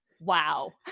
wow